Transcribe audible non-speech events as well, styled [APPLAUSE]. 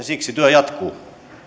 [UNINTELLIGIBLE] siksi työ jatkuu